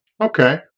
okay